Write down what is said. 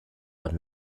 but